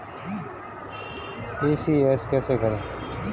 ECS कैसे करें?